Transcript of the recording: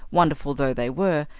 wonderful though they were,